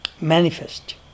manifest